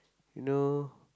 you know